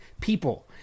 people